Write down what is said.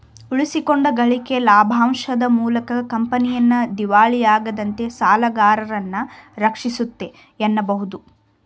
ಉಳಿಸಿಕೊಂಡ ಗಳಿಕೆ ಲಾಭಾಂಶದ ಮೂಲಕ ಕಂಪನಿಯನ್ನ ದಿವಾಳಿಯಾಗದಂತೆ ಸಾಲಗಾರರನ್ನ ರಕ್ಷಿಸುತ್ತೆ ಎನ್ನಬಹುದು